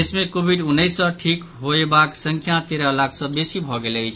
देश मे कोविड उन्नैस सँ ठीक होयबाक संख्या तेरह लाख सँ बेसी भऽ गेल अछि